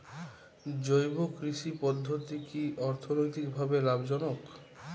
জৈব কৃষি পদ্ধতি কি অর্থনৈতিকভাবে লাভজনক?